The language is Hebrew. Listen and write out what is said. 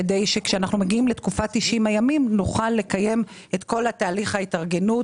כדי שכשנגיע לתקופת 90 הימים נוכל לקיים את כל תהליך ההתארגנות